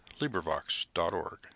LibriVox.org